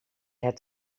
het